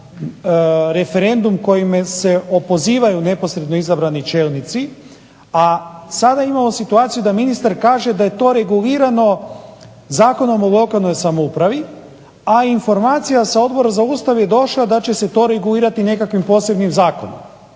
na referendum kojime se opozivaju neposredno izabrani čelnici, a sada imamo situaciju da ministar kaže da je to regulirano Zakonom o lokalnoj samoupravi, a informacija sa Odbora za Ustav je došla da će se to regulirati nekakvim posebnim zakonom.